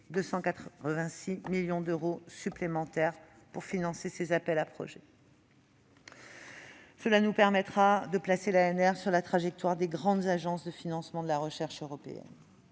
286 millions d'euros supplémentaires pour financer ces appels à projets. L'augmentation de ses crédits nous permettra de placer l'ANR sur la trajectoire des grandes agences de financement de la recherche européenne.